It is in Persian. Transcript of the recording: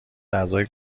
اعضای